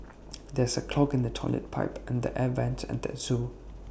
there is A clog in the Toilet Pipe and the air Vents at the Zoo